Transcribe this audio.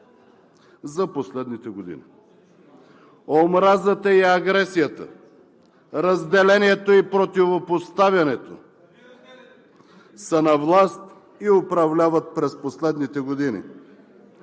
за последните години. Омразата и агресията, разделението и противопоставянето (реплики от ГЕРБ) са на власт и управляват през последните години.